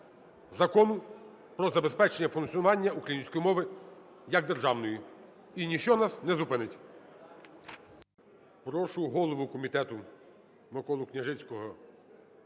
Закону про забезпечення функціонування української мови як державної, і ніщо нас не зупинить.